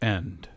End